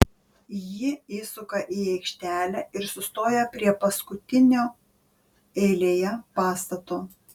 ji įsuka į aikštelę ir sustoja prie paskutinio eilėje pastato